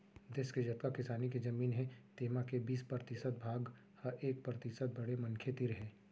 देस के जतका किसानी के जमीन हे तेमा के बीस परतिसत भाग ह एक परतिसत बड़े मनखे तीर हे